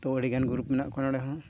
ᱛᱳ ᱟᱹᱰᱤᱜᱟᱱ ᱜᱨᱩᱯ ᱢᱮᱱᱟᱜ ᱠᱚᱣᱟ ᱱᱚᱸᱰᱮ ᱦᱚᱸ